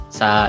sa